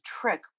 trick